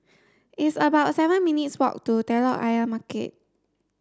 it's about seven minutes' walk to Telok Ayer Market